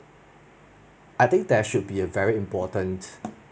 I think there should be a very important